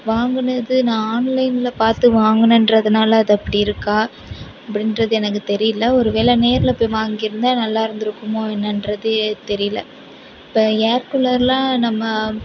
வாங்கினது நான் ஆன்லைனில் பார்த்து வாங்கினேன்றதுனால அது அப்படி இருக்கா அப்படின்றது எனக்கு தெரியல ஒரு வேளை நேரில் போயி வாங்கியிருந்தா நல்லாயிருந்துக்குமோ என்னன்றது தெரியல இப்போ ஏர்கூலர்லாம் நம்ம